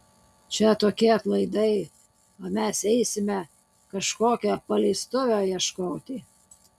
čia tokie atlaidai o mes eisime kažkokio paleistuvio ieškoti